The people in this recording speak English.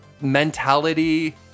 mentality